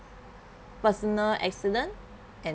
personal accident and